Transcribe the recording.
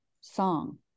song